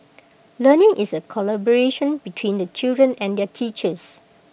learning is A collaboration between the children and their teachers